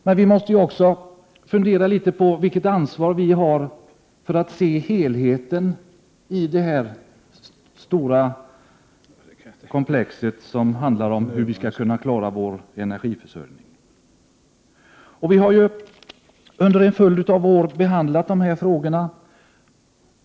Men vi måste ju också fundera litet på vilket ansvar vi har för att se helheten i detta stora komplex, som handlar om hur vi skall kunna klara vår energiförsörjning. Vi har behandlat dessa frågor under en följd av år.